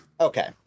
Okay